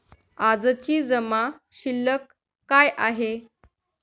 आजची जमा शिल्लक काय आहे?